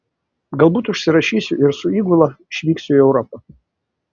galbūt užsirašysiu ir su įgula išvyksiu į europą